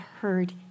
heard